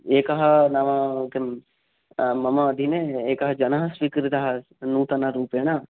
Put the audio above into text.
एकः नाम किं मम दिने एकः जनः स्वीकृतः अस्ति नूतनरूपेण